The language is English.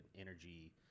energy